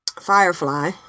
Firefly